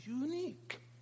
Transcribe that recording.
unique